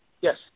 yes